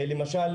למשל,